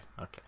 okay